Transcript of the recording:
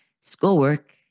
schoolwork